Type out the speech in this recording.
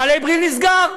נעלי "בריל" נסגר.